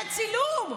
שיהיה צילום.